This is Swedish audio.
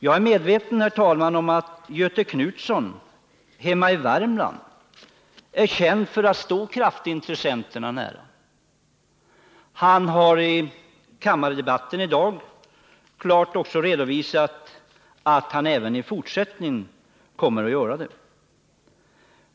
Jag är medveten om = 11 december 1979 att Göthe Knutson hemma i Värmland är känd för att stå kraftintressenterna nära. Han har också i kammardebatten i dag klart redovisat att han även i Den fysiska riksfortsättningen kommer att stå dem nära.